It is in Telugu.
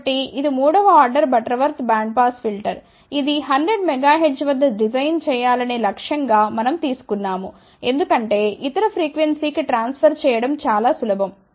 కాబట్టి ఇది మూడవ ఆర్డర్ బటర్వర్త్ బ్యాండ్పాస్ ఫిల్టర్ ఇది 100 MHz వద్ద డిజైన్ చేయాలనే లక్ష్యం గా మనం తీసుకున్నాము ఎందుకంటే ఇతర ఫ్రీక్వెన్సీకి ట్రాన్ఫర్ చేయడం చాలా సులభం